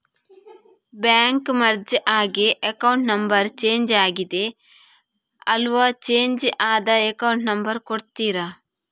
Bank merge ಆಗಿ account number change ಆಗಿದೆ ಅಲ್ವಾ, ಚೇಂಜ್ ಆದ ಅಕೌಂಟ್ ನಂಬರ್ ಕೊಡ್ತೀರಾ?